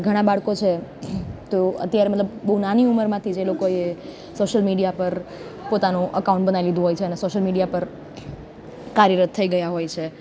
ઘણાં બાળકો છે તો અત્યારે મતલબ બહું નાની ઉમરમાંથી જ એ લોકોએ સોશલ મીડિયા પર પોતાનું અકાઉન્ટ બનાવી લીધું હોય છે અને સોશલ મીડિયા પર કાર્યરત થઈ ગયાં હોય છે